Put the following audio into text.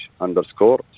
underscore